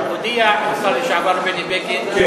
הודיע השר לשעבר בני בגין,